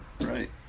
right